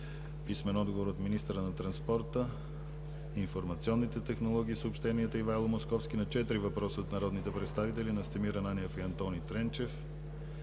писмен отговор от министъра на транспорта, информационните технологии и съобщенията Ивайло Московски на четири въпроса от народните представители Настимир Ананиев и Антони Тренчев;